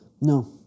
No